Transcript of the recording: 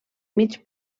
mig